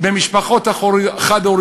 בקרב המשפחות החד-הוריות,